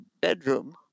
bedroom